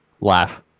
laugh